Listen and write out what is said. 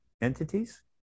entities